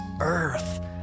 earth